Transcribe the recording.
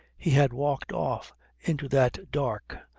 he had walked off into that dark,